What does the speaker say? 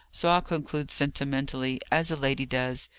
so i'll conclude sentimentally, as a lady does,